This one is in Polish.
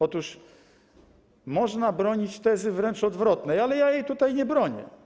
Otóż można bronić tezy wręcz odwrotnej, ale ja jej tutaj nie bronię.